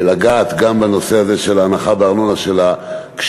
לגעת גם בנושא הזה של ההנחה בארנונה לקשישים.